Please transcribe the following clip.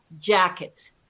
jackets